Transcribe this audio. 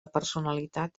personalitat